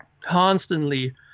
constantly